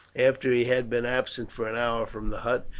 after he had been absent for an hour from the hut,